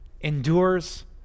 endures